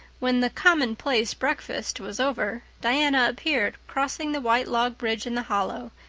when the commonplace breakfast was over diana appeared, crossing the white log bridge in the hollow,